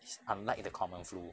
it's unlike the common flu